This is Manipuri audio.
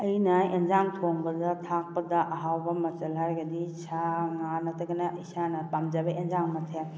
ꯑꯩꯅ ꯏꯟꯖꯥꯡ ꯊꯣꯡꯕꯗ ꯊꯥꯛꯄꯗ ꯑꯍꯥꯎꯕ ꯃꯆꯜ ꯍꯥꯏꯔꯒꯗꯤ ꯁꯥ ꯉꯥ ꯅꯠꯇ꯭ꯔꯒꯅ ꯏꯁꯥꯅ ꯄꯥꯝꯖꯕ ꯏꯟꯖꯥꯡ ꯃꯊꯦꯜ